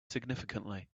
significantly